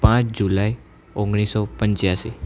પાંચ જુલાઈ ઓગણીસો પંચ્યાસી